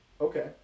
Okay